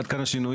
עד כאן השינויים.